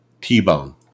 t-bone